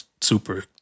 super